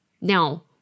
now